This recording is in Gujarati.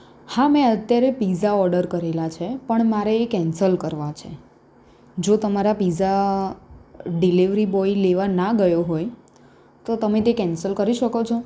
હા મેં અત્યારે પીઝા ઓર્ડર કરેલા છે પણ મારે એ કેન્સલ કરવા છે જો તમારા પીઝા ડિલેવરી બોય લેવા ન ગયો હોય તો તમે તે કેન્સલ કરી શકો છો